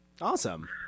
Awesome